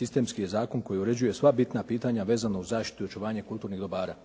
sistemski je zakon koji uređuje sva bitna pitanja vezano uz zaštitu i očuvanje kulturnih dobara.